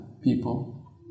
people